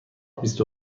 بیست